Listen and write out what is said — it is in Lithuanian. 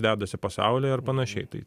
dedasi pasaulyje ir panašiai tai